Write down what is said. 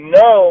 no